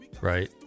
right